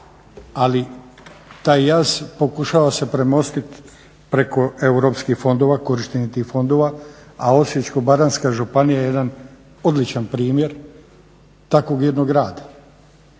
ali taj jaz pokušavam se premostiti preko europskih fondova, korištenje tih fondova, a Osječko-baranjska županija je jedan odličan primjer takvog jednog rada